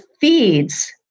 feeds